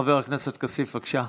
חבר הכנסת כסיף, בבקשה.